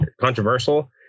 controversial